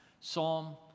Psalm